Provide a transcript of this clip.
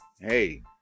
hey